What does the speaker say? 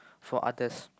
for others